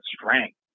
strength